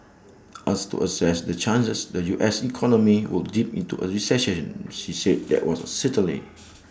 asked to assess the chances the U S economy would dip into A recession he said that was A certainty